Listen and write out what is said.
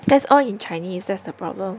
that's all in Chinese that's the problem